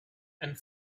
and